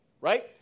right